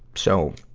so,